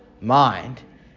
mind